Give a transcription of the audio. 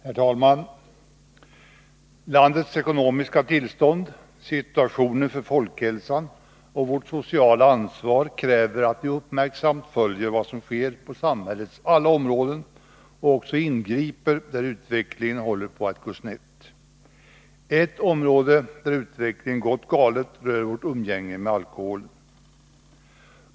Herr talman! Landets ekonomiska tillstånd, situationen för folkhälsan och vårt sociala ansvar kräver att vi uppmärksamt följer vad som sker på samhällets alla områden och också ingriper där utvecklingen håller på att gå snett. Ett område där utvecklingen gått galet rör vårt umgänge med alkoholen.